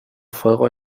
fuego